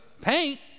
paint